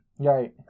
Right